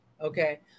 Okay